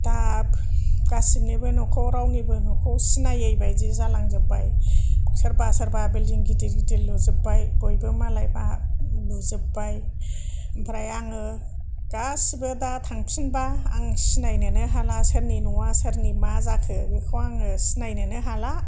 दा गासिनिबो न'खौ रावनिबो न'खौ सिनायै बायदि जालांजोबबाय सोरबा सोरबा बिलडिं गिदिर गिदिर लुजोबबाय बयबो मालायफ्रा लुजोबबाय आमफ्राय आङो गासिबो दा थांफिनबा आं सिनायनोनो हाला आं सोरनि न'आव सोरनि मा जाखो बेखौ आङो सिनायनोनो हाला